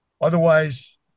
Otherwise